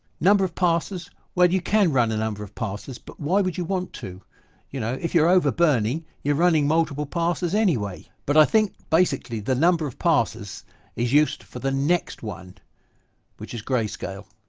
number of passes well you can run a number of passes but why would you want to you know if you're over burning you're running multiple passes anyway but i think basically the number of passes is used for the next one which is grey-scale.